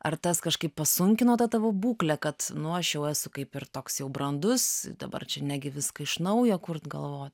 ar tas kažkaip pasunkino tą tavo būklę kad nu aš jau esu kaip ir toks jau brandus dabar čia negi viską iš naujo kurt galvot